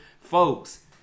folks